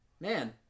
Man